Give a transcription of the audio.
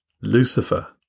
Lucifer